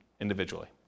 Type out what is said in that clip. individually